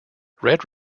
red